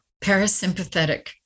parasympathetic